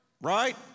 Right